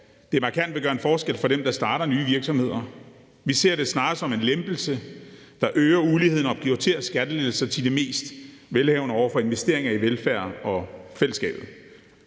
at det markant vil gøre en forskel for dem, der starter nye virksomheder? Vi ser det snarere som en lempelse, der øger uligheden og prioriterer skattelettelser til de mest velhavende over for investeringer i velfærden og fællesskabet.